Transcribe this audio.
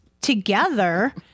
together